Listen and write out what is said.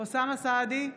אוסאמה סעדי,